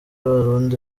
barundi